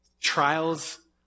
trials